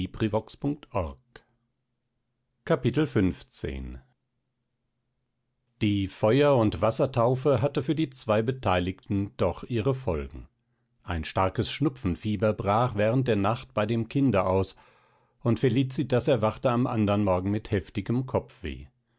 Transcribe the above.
die feuer und wassertaufe hatte für die zwei beteiligten doch ihre folgen ein starkes schnupfenfieber brach während der nacht bei dem kinde aus und felicitas erwachte am anderen morgen mit heftigem kopfweh